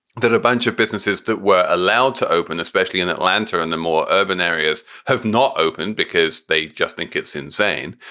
a bunch of businesses that were allowed to open, especially in atlanta, and the more urban areas have not opened because they just think it's insane.